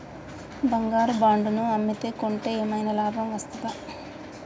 బంగారు బాండు ను అమ్మితే కొంటే ఏమైనా లాభం వస్తదా?